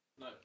No